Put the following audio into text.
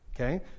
Okay